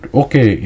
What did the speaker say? okay